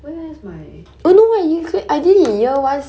then I need to clear the stupid haze mod